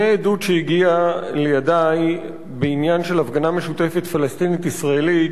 הנה עדות שהגיעה לידי בעניין של הפגנה משותפת פלסטינית-ישראלית